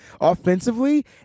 offensively